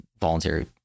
voluntary